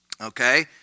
Okay